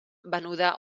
venuda